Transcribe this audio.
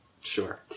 Sure